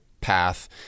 path